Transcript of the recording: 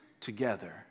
together